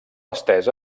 estesa